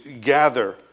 gather